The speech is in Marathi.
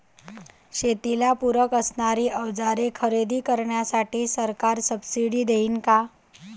शेतीला पूरक असणारी अवजारे खरेदी करण्यासाठी सरकार सब्सिडी देईन का?